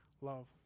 love